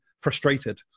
frustrated